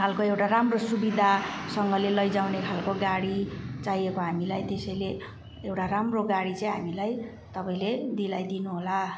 खालको एउटा राम्रो सुविधासँगले लैजाने खालको गाडी चाहिएको हामीलाई त्यसैले एउटा राम्रो गाडी चाहिँ हामीलाई तपाईँले दिलाइदिनु होला